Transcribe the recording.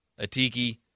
Atiki